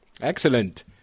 Excellent